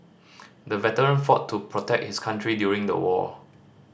the veteran fought to protect his country during the war